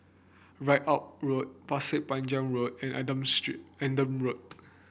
Ridout Road Pasir Panjang Road and Adam Street Adam Road